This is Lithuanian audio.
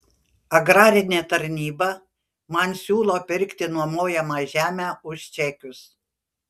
agrarinė tarnyba man siūlo pirkti nuomojamą žemę už čekius